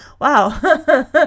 Wow